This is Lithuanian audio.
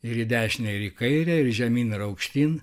ir į dešinę ir į kairę ir žemyn ir aukštyn